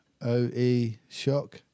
oeshock